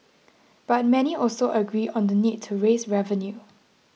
but many also agree on the need to raise revenue